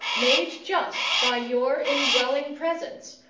made just by your indwelling presence,